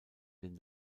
den